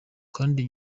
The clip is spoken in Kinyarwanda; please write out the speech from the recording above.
kandi